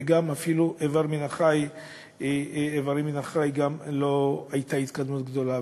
וגם בתרומות של איברים מן החי לא הייתה התקדמות גדולה,